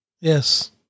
Yes